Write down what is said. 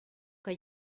que